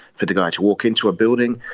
for the guy to walk into a building.